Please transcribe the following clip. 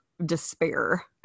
despair